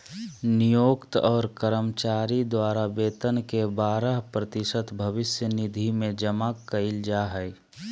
नियोक्त और कर्मचारी द्वारा वेतन के बारह प्रतिशत भविष्य निधि में जमा कइल जा हइ